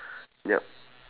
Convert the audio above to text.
yup